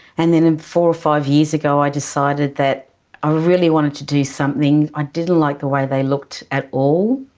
and then about um four or five years ago i decided that i really wanted to do something, i didn't like the way they looked at all.